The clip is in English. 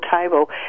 table